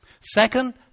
Second